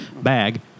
bag